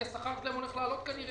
כי השכר שלהם הולך לעלות כנראה,